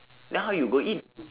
then how you go in